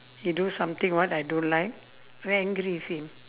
he do something what I don't like very angry with him